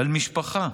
על משפחה